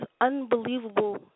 unbelievable